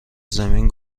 زمین